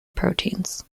proteins